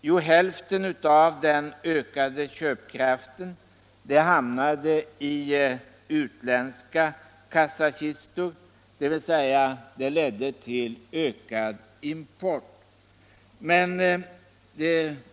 Jo, hälften av den ökade köpkraften hamnade i utländska kassakistor, dvs. ledde till ökad import.